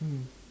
mm